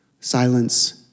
Silence